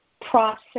process